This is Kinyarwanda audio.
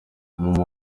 mama